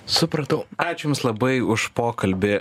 supratau ačiū jums labai už pokalbį